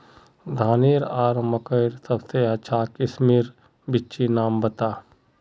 धानेर आर मकई सबसे अच्छा किस्मेर बिच्चिर नाम बता?